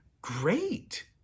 great